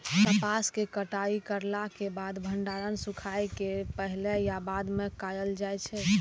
कपास के कटाई करला के बाद भंडारण सुखेला के पहले या बाद में कायल जाय छै?